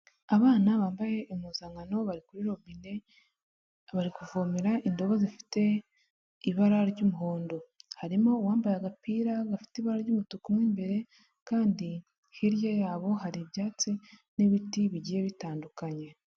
Abana bambaye impuzankano bari kuri robine bari kuvomera indobo zifite ibara ry'umuhondo, harimo uwambaye agapira gafite ibara ry'umutuku mu imbere kandi hirya yabo hari ibyatsi n'ibiti bigiye bitandukanye.